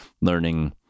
learning